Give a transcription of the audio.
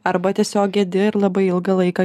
arba tiesiog gedi ir labai ilgą laiką